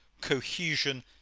cohesion